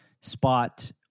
spot